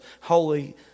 Holy